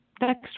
next